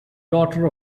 daughter